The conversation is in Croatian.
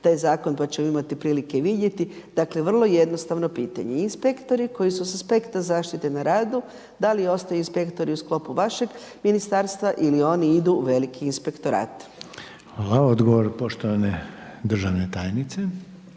taj zakon pa ćemo imati prilike vidjeti. Dakle, vrlo jednostavno pitanje. Inspektori koji su s aspekta zaštite na radu da li ostaju inspektori u sklopu vašeg Ministarstva ili oni idu u veliki inspektorat? **Reiner, Željko (HDZ)** Hvala. Odgovor poštovane državne tajnice.